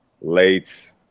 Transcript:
Late